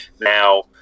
Now